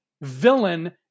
villain